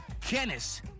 Kenneth